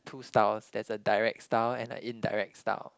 two styles there is a direct style and a indirect style